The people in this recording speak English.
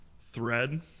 thread